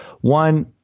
One